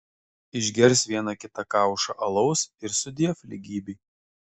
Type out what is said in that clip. išgers vieną kita kaušą alaus ir sudiev lygybei